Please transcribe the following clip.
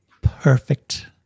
perfect